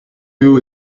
who